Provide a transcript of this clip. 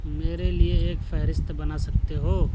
میرے لیے ایک فہرست بنا سکتے ہو